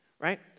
right